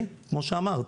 כמו שאמרת,